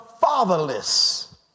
fatherless